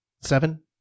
Seven